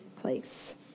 place